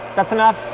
that's enough.